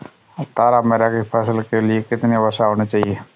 तारामीरा की फसल के लिए कितनी वर्षा होनी चाहिए?